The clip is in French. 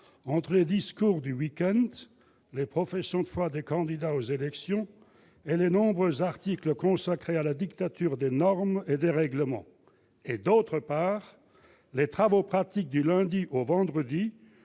part, les discours du week-end, les professions de foi des candidats aux élections et les nombreux articles consacrés à la dictature des normes et des règlements et, d'autre part, les travaux pratiques du lundi au vendredi,